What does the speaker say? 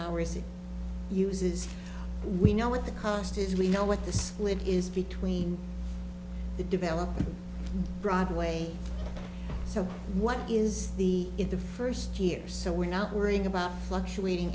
hours it uses we know what the cost is we know what the split is between the developer broadway so what is the in the first year so we're not worrying about fluctuating